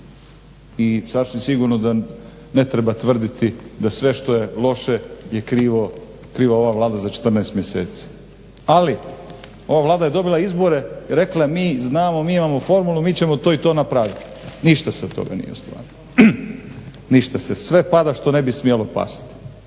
i sasvim sigurno da ne treba tvrditi da sve što je loše je kriva ova Vlada za 14 mjeseci. Ali ova Vlada je dobila izbore i rekla mi znamo mi imamo formulu mi ćemo to i to napraviti. Ništa se od toga nije ostvarilo, ništa, sve pada što ne bi smjelo pasti.